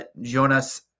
Jonas